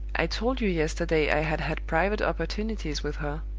i told you yesterday i had had private opportunities with her